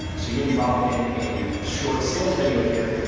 so you can drop in a short sales video here.